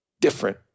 different